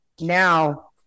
now